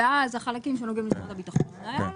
זה ברור.